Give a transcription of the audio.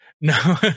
no